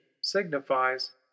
signifies